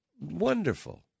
wonderful